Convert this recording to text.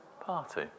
party